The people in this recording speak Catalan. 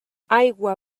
aigua